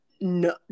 No